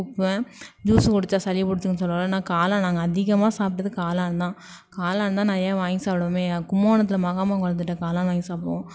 கூப்டுவேன் juice குடிச்சால் சளி பிடிச்சிக்குன்னு சொல்லுவாளோ நான் காளான் நாங்கள் அதிகமாக சாப்பிட்டது காளான்தான் காளான்தான் நிறைய வாங்கி சாப்பிடுவோமே ஏன்னா கும்போணத்தில் மகாமகம் குளத்துக்கிட்ட காளான் வாங்கி சாப்பிடுவோம்